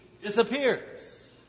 disappears